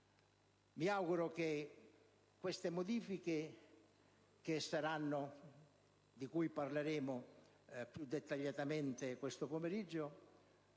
Mi auguro che dette modifiche, di cui parleremo più dettagliatamente nel corso del pomeriggio,